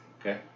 Okay